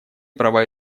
права